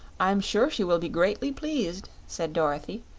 i'm sure she will be greatly pleased, said dorothy,